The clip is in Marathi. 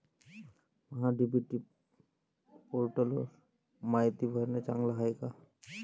महा डी.बी.टी पोर्टलवर मायती भरनं चांगलं हाये का?